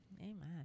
Amen